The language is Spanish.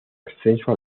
ascenso